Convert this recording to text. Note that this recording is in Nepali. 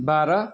बाह्र